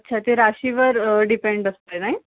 अच्छा ते राशीवर डिपेंड असते नाही